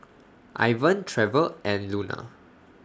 Ivan Trever and Luna